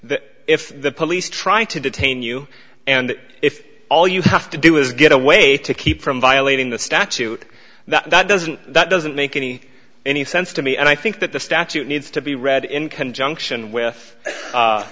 that if the police try to detain you and if all you have to do is get a way to keep from violating the statute that doesn't that doesn't make any any sense to me and i think that the statute needs to be read in conjunction with